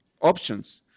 options